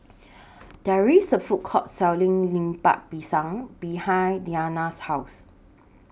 There IS A Food Court Selling Lemper Pisang behind Deana's House